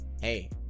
hey